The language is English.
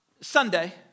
Sunday